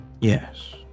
Yes